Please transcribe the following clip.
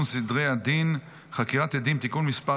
סדרי הדין (חקירת עדים) (תיקון מס'